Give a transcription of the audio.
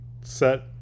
set